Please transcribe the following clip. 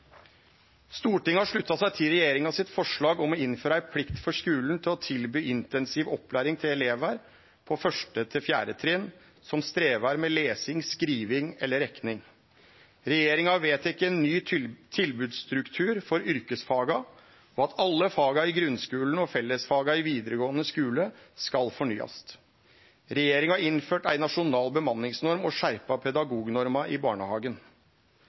Stortinget har slutta seg til regjeringa sitt forslag om å innføre ei plikt for skulen til å tilby intensiv opplæring til elevar på 1.–4. trinn som strevar med lesing, skriving eller rekning. Regjeringa har vedteke ny tilbodsstruktur for yrkesfaga og at alle faga i grunnskulen og fellesfaga i vidaregåande skule skal fornyast. Regjeringa har innført ei nasjonal bemanningsnorm og skjerpa pedagognorma i barnehagen.